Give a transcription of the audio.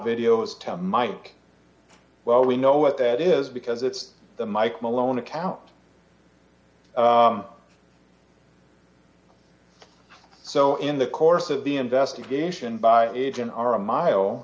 videos to mike well we know what that is because it's the mike malone account so in the course of the investigation by agent or a mile